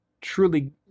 truly